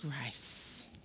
Grace